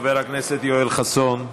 חבר הכנסת יואל חסון,